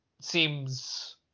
seems